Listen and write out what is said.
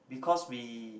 because we